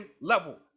level